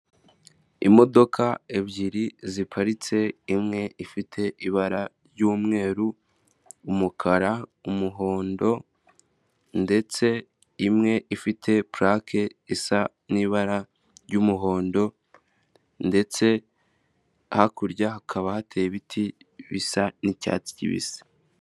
Imodoka ebyiri ziparitse imwe ifite ibara ry'umweru, umukara, umuhondo ndetse imwe ifite purake isa n'ibara ry'umuhondo ndetse hakurya hakaba hateye ibiti bisa n'icyatsi kibisi.